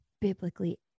biblically